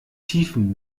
tiefen